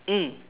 mm